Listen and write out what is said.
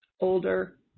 Older